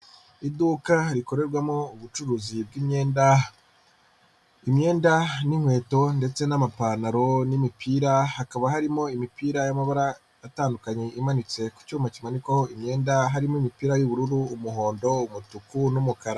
Iduka rikorerwamo ubucuruzi bw'imyenda, imyenda n'inkweto ndetse n'amapantaro n'imipira, hakaba harimo imipira y'amabara atandukanye imanitse ku cyuma kimanikwaho imyenda, harimo imipira y'ubururu, umuhondo, umutuku, n'umukara.